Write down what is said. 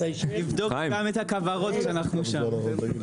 אני התחלתי את הדיון כשאמרו לי מה היעד.